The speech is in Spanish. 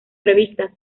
revistas